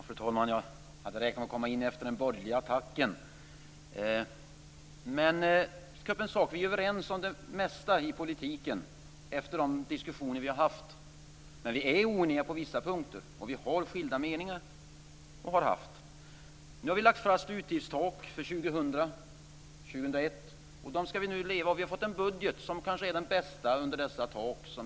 Fru talman! Jag hade räknat med att komma in efter den borgerliga attacken. Jag ska ta upp en sak. Vi är överens om det mesta i politiken efter de diskussioner vi har haft, men vi är oeniga på vissa punkter och har och har haft skilda meningar. Vi har nu lagt fast utgiftstak för år 2000 och 2001, och dem ska vi leva med. Vi har fått en budget som kanske är den bästa under dessa tak.